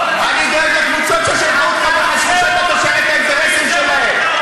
אני דואג לקבוצות ששלחו אותך וחושבים שאתה תשרת את האינטרסים שלהם.